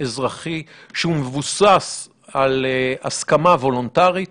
אזרחי שמבוסס על הסכמה וולונטרית